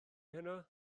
heno